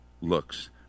looks